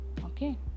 Okay